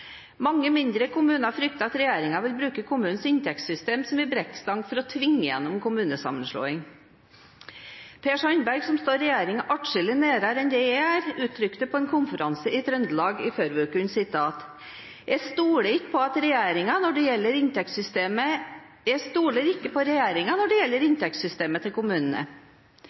Mange mindre kommuner frykter at regjeringen vil bruke kommunens inntektssystem som en brekkstang for å tvinge gjennom kommunesammenslåing. Per Sandberg som står regjeringen atskillig nærmere enn det jeg gjør, uttrykte på en konferanse i Trøndelag i forrige uke: Jeg stoler ikke på regjeringen når det gjelder inntektssystemet til kommunene. Det er relativt oppsiktsvekkende når